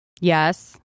Yes